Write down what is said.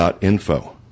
info